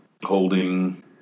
holding